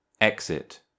Exit